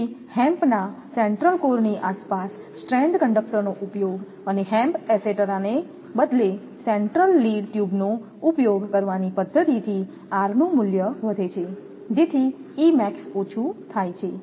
તેથી હેમ્પ ના સેન્ટ્રલ કોરની આસપાસ સ્ટ્રેન્ડ કંડક્ટરનો ઉપયોગ અને હેમ્પ એસેટેરાને બદલે સેન્ટ્રલ લીડ ટ્યુબનો ઉપયોગ કરવાની પદ્ધતિ થી rનું મૂલ્ય વધે છે જેથી E max ઓછું થાય છે